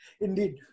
Indeed